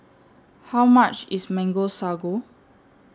How much IS Mango Sago